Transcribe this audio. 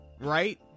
right